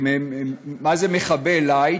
מה זה מחבל לייט?